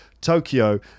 Tokyo